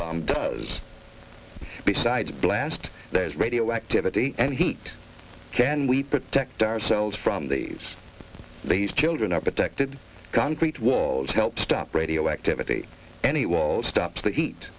bomb does besides blast there's radioactivity and heat can we protect ourselves from these these children are protected concrete walls help stop radioactivity any walls stops the heat